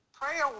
prayer